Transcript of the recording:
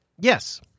yes